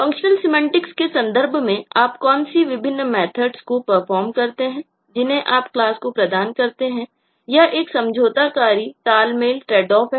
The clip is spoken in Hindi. फंक्शनल सिमेंटिक्स है